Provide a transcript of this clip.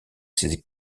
ses